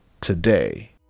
today